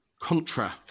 Contra